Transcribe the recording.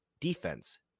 defense